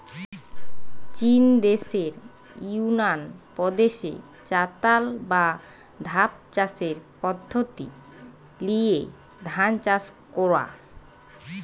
চিন দেশের ইউনান প্রদেশে চাতাল বা ধাপ চাষের পদ্ধোতি লিয়ে ধান চাষ কোরা